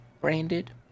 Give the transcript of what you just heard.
branded